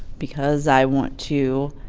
because i want to